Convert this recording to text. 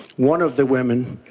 one of the women,